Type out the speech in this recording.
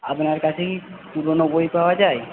আপনার কাছে কি পুরোনো বই পাওয়া যায়